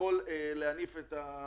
יכול להחזיר את העסק.